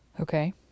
Okay